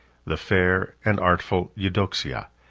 the fair and artful eudoxia,